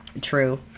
True